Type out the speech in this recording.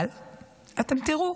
אבל אתם תראו